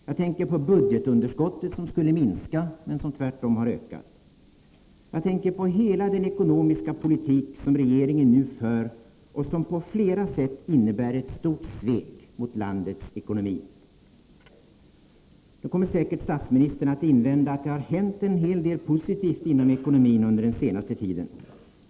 Jag tänker på budgetunderskottet, som skulle minska men som tvärtom har ökat. Jag tänker på hela den ekonomiska politik som regeringen nu för och som på flera sätt innebär ett stort svek mot landets ekonomi. Statsministern kommer säkert att invända att det hänt en del positivt inom ekonomin under den senaste tiden.